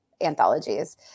anthologies